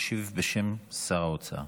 משיב בשם שר האוצר.